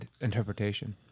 interpretation